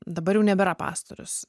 dabar jau nebėra pastorius